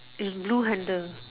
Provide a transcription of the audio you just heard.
in blue handle